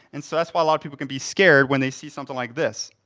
and so that's why a lot of people can be scared when they see something like this.